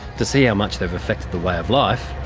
to see how much they've affected the way of life,